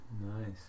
Nice